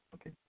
Okay